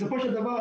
בסופו של דבר,